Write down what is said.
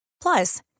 Plus